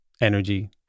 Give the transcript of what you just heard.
Energy